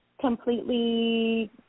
completely